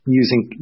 using